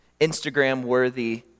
Instagram-worthy